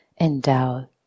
endowed